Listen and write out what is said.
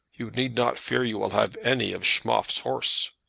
you need not fear you will have any of schmoff's horse.